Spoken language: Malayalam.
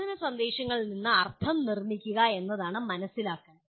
പ്രബോധന സന്ദേശങ്ങളിൽ നിന്ന് അർത്ഥം നിർമ്മിക്കുക എന്നതാണ് മനസ്സിലാക്കൽ